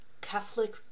Catholic